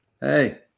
hey